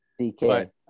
DK